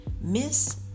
Miss